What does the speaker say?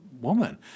woman